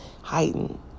heightened